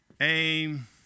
aim